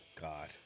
God